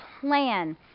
plan